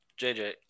JJ